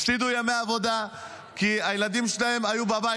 הפסידו ימי עבודה כי הילדים שלהם היו בבית.